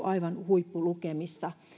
aivan huippulukemissa